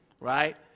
Right